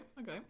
okay